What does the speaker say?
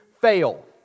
fail